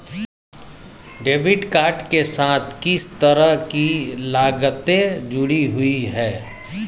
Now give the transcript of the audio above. Debit card के साथ किस तरह की लागतें जुड़ी हुई हैं?